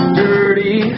dirty